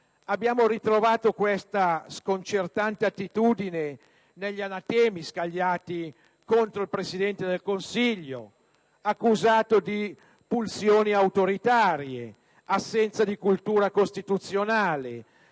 Abbiamo ritrovato questa sconcertante attitudine negli anatemi scagliati contro il Presidente del Consiglio, accusato di pulsioni autoritarie, assenza di cultura costituzionale,